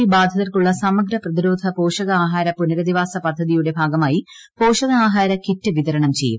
V ബാധിതർക്കുള്ള സമഗ്ര പ്രതിരോധ പോഷകാഹാര പുനരധിവാസ പദ്ധതിയുടെ ഭാഗമായി പോഷകാഹാര കിറ്റ് വിതരണം ചെയ്യും